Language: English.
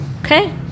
okay